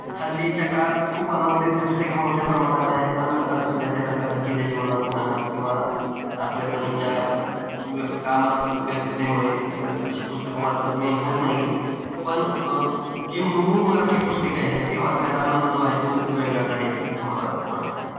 हल्लीच्या काळात खूप अनुवादित पुस्तके मोठ्या प्रमाणात आहेत पण सध्याच्या धकाधकीच्या जीवनात म्हणा किंवा आपल्या दररोजच्या व्य कामात व्यस्ततेमुळे असे पुस्तकं वाचणे होत नाहीत पण जी मूळ मराठी पुस्तके आहेत ते वाचण्याचा आनंद जो आहे तो वेगळाचा आहे असं मला वाटतं